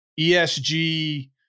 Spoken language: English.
ESG